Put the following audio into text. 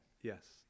Yes